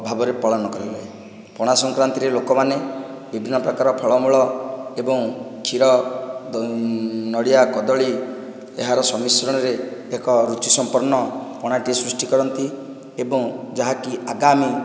ଭାବରେ ପାଳନ କରାଯାଏ ପଣାସଂକ୍ରାନ୍ତିରେ ଲୋକମାନେ ବିଭିନ୍ନ ପ୍ରକାର ଫଳମୂଳ ଏବଂ କ୍ଷୀର ନଡ଼ିଆ କଦଳୀ ଏହାର ସମିଶ୍ରଣରେ ଏକ ରୁଚିସମ୍ପନ୍ନ ପଣାଟିଏ ସୃଷ୍ଟି କରନ୍ତି ଏବଂ ଯାହାକି ଆଗାମୀ